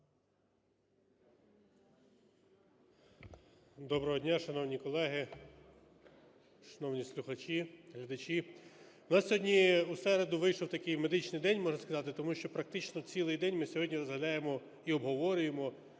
Доброго дня, шановні колеги, шановні слухачі, глядачі! У нас сьогодні у середу вийшов такий медичний день, можна сказати, тому що практично цілий день ми сьогодні розглядаємо і обговорюємо